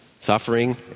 suffering